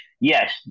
Yes